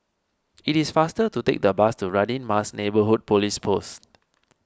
It is faster to take the bus to Radin Mas Neighbourhood Police Post